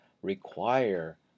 require